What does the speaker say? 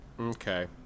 Okay